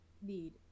need